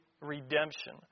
redemption